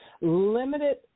Limited